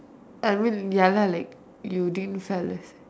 I mean ya lah like you didn't fell